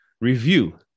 review